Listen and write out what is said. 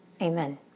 amen